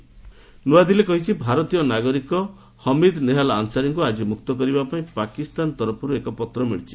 India Pakistan Nua Delhi କହିଛି ଭାରତୀୟ ନାଗରିକ ହମିଦ୍ ନେହାଲ୍ ଅନ୍ସାରୀଙ୍କୁ ଆକି ମୁକ୍ତ କରିବା ପାଇଁ ପାକିସ୍ତାନ ତରଫରୁ ଏକ ପତ୍ର ମିଳିଛି